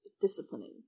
disciplining